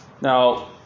Now